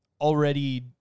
already